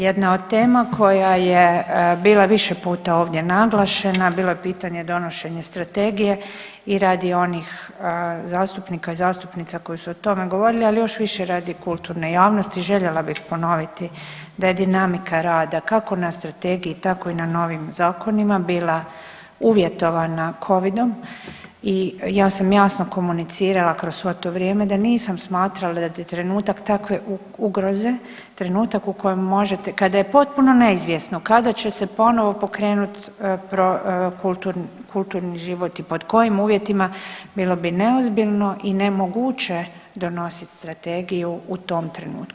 Jedna od tema koja je bila više puta ovdje naglašena bilo je pitanje donošenja strategije i radi onih zastupnika i zastupnica koji su o tome govorili, ali još više radi kulturne javnosti željela bih ponoviti da je dinamika rada kako na strategiji tako i na novim zakonima bila uvjetovana Covidom i ja sam jasno komunicirala kroz svo to vrijeme da nisam smatrala da je trenutak takve ugroze trenutak u kojem možete, kada je potpuno neizvjesno kada će se ponovo pokrenuti kulturni život i pod kojim uvjetima bilo bi neozbiljno i nemoguće donositi strategiju u tom trenutku.